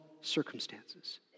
circumstances